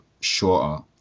shorter